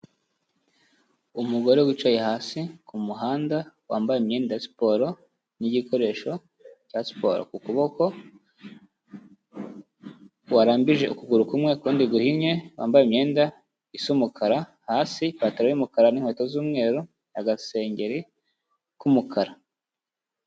Umugore wicaye hasi ku muhanda, wambaye imyenda ya siporo, n'igikoresho cya siporo ku kuboko, warambije ukuguru kumwe ukundi guhinnye, wambaye imyenda isa umukara, hasi ipantaro y'umukara, n'inkweto z'umweru, agasengeri k'umukara.